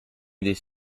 these